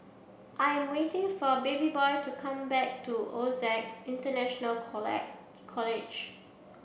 I am waiting for Babyboy to come back to OSAC International College